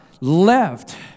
left